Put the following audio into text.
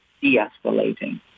de-escalating